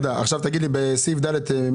בסעיף (ד),